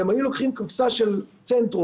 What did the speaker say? הם היו לוקחים תרופה של צנטרום,